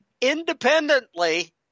independently